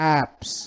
apps